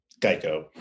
Geico